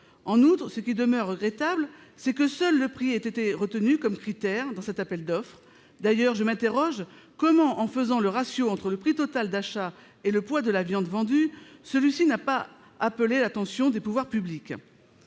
En outre, ce qui demeure regrettable, c'est que seul le prix ait été retenu comme critère dans cet appel d'offres. D'ailleurs, je m'interroge : comment se fait-il que le ratio entre le prix total d'achat et le poids de la viande vendue n'ait pas appelé l'attention des pouvoirs publics